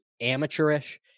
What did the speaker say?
amateurish